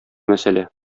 мәсьәлә